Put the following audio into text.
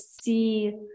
see